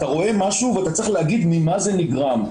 אתה רואה משהו ואתה צריך להגיד ממה זה נגרם,